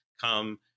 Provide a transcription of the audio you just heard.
come